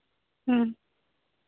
ᱦᱮᱸ